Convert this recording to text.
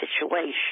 situation